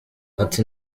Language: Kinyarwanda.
ati